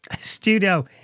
studio